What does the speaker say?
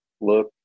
look